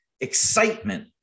excitement